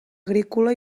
agrícola